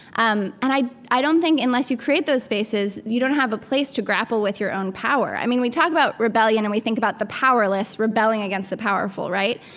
um and i i don't think, unless you create those spaces, you don't have a place to grapple with your own power i mean, we talk about rebellion, and we think about the powerless rebelling against the powerful, right?